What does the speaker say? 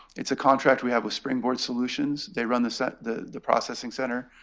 it's a contract we have with springboard solutions. they run the set the the processing center.